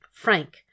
Frank